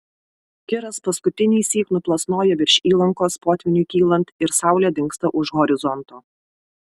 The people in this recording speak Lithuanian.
kiras paskutinįsyk nuplasnoja virš įlankos potvyniui kylant ir saulė dingsta už horizonto